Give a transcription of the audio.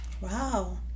wow